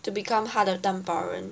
to become 他的担保人